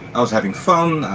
i was having fun,